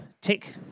tick